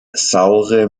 saure